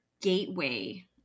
gateway